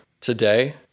today—